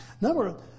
Number